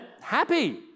happy